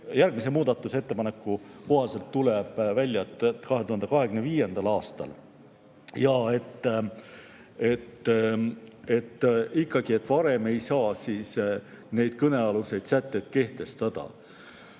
järgmise muudatusettepaneku kohaselt tuleb välja, et 2025. aastal. Ikkagi, varem ei saa neid kõnealuseid sätteid kehtestada.